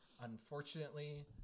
unfortunately